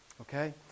Okay